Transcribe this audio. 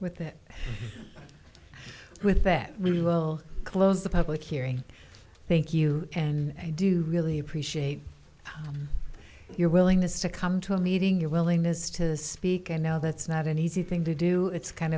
with that with that we will close the public hearing thank you and i do really appreciate your willingness to come to a meeting your willingness to speak and now that's not an easy thing to do it's kind